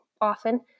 often